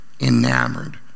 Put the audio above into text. enamored